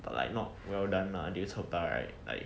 but like not well done lah until chao da right